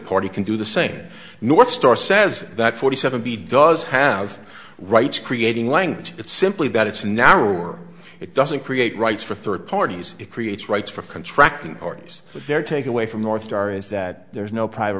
party can do the same northstar says that forty seven b does have rights creating language it's simply that it's narrow or it doesn't create rights for third parties it creates rights for contracting parties but their take away from north star is that there's no private